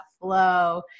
flow